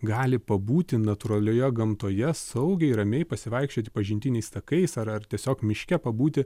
gali pabūti natūralioje gamtoje saugiai ramiai pasivaikščioti pažintiniais takais ar ar tiesiog miške pabūti